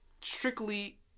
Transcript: strictly